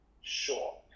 Sure